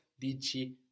Dici